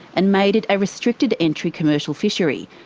and made it a restricted entry commercial fishery,